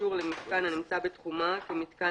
אישור למיתקן הנמצא בתחומה כמיתקן